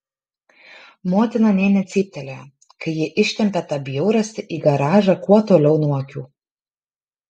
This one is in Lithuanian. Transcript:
motina nė necyptelėjo kai ji ištempė tą bjaurastį į garažą kuo toliau nuo akių